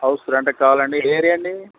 house రెంట్కి కావాలండి ఏ ఏరియా అండి